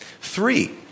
Three